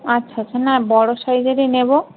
আচ্ছা আচ্ছা না বড়ো সাইজেরই নেব